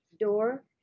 door